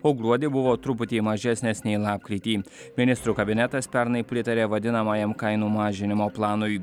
o gruodį buvo truputį mažesnės nei lapkritį ministrų kabinetas pernai pritarė vadinamajam kainų mažinimo planui